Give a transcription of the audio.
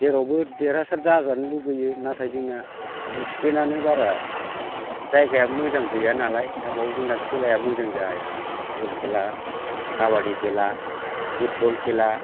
जेरावबो देरहासार जाजानो लुबैयो नाथाय जोंना दिसिफ्लिनानो बारा जायगाया मोजां गैया नालाय दा बेयाव जोंना खेलाया मोजां जाया आरो बल खेला खाबादि खेला फुटबल खेला